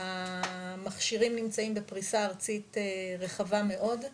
המכשירים נמצאים בפריסה ארצית רחבה מאוד,